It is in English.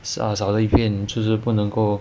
err 少了一片就是不能够